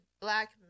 Black